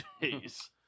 days